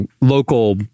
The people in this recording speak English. local